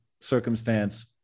circumstance